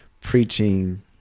preaching